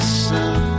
sun